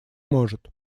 может